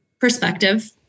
perspective